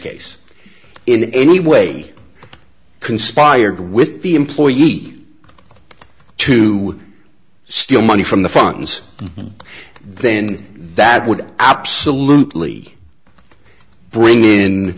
case in any way conspired with the employee eat to steal money from the funds then that would absolutely bring in